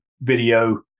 video